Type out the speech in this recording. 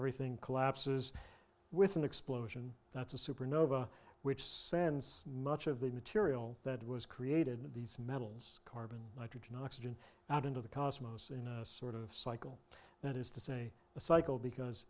everything collapses with an explosion that's a supernova which sense much of the material that was created these metals carbon nitrogen oxygen out into the cosmos in a sort of cycle that is to say a cycle because